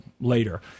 later